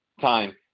time